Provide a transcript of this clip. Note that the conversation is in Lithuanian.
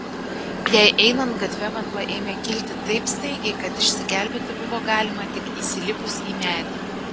jai einant gatve vanduo ėmė kilti taip staigiai kad išsigelbėti buvo galima tik įsilipus į medį